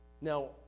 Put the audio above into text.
Now